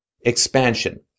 expansion